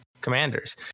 commanders